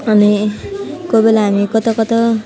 अनि कोही बेला हामी कता कता